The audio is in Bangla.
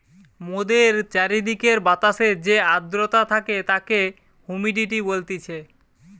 মোদের চারিদিকের বাতাসে যে আদ্রতা থাকে তাকে হুমিডিটি বলতিছে